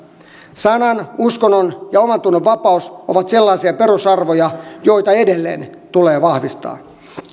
sanan uskonnon ja omantunnonvapaus ovat sellaisia perusarvoja joita edelleen tulee vahvistaa